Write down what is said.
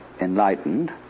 enlightened